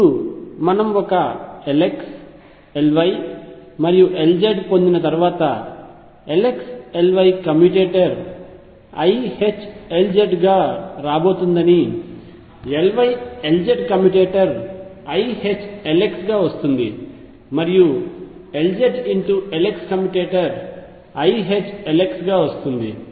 ఇప్పుడు మనము ఒక Lx Ly మరియు Lz పొందిన తర్వాత Lx Ly కమ్యుటేటర్ iℏLz గా రాబోతుందని Ly Lz కమ్యుటేటర్ iℏLxగా వస్తుంది మరియు Lz Lx కమ్యుటేటర్ iℏLx గా వస్తుంది